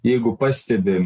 jeigu pastebi